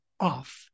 off